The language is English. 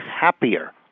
happier